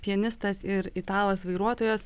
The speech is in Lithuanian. pianistas ir italas vairuotojas